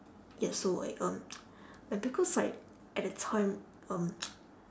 ya so like um like because like at that time um